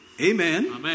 Amen